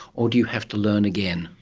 or do you have to learn again?